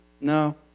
No